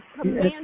command